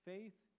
Faith